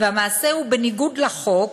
והמעשה הוא בניגוד לחוק